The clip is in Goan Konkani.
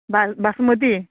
बा बासमती